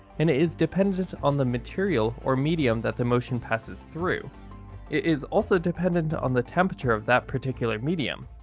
and it is dependent on the material or medium that the motion passes through. it is also dependent on the temperature of that particular medium.